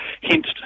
hint